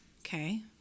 okay